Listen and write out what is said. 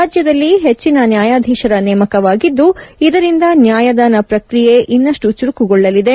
ರಾಜ್ಯದಲ್ಲಿ ಹೆಚ್ಚಿನ ನ್ಯಾಯಾಧೀಶರ ನೇಮಕವಾಗಿದ್ದು ಇದರಿಂದ ನ್ಯಾಯದಾನ ಪ್ರಕ್ರಿಯೆ ಇನ್ನಷ್ಟು ಚುರುಕುಗೊಳ್ಳಲಿದೆ